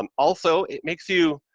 um also, it makes you,